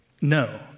no